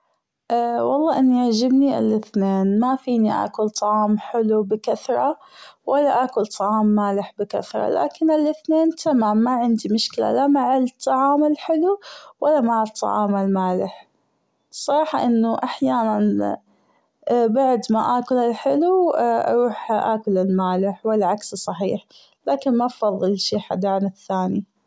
وللله أنه يعجبني الأثنين مافيني أكل طعام حلو بكثرة ولا أكل طعام مالح بكثرة لكن الأثنين تمام ما عندي مشكلة لا مع الطعام الحلو ولا مع الطعام المالح الصراحة أنه أحيانا بعد ما أكل الحلو أروح أكل المالح والعكس صحيح لكن ما بفظل شي حدا عن الثاني.